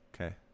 Okay